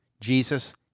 Jesus